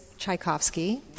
Tchaikovsky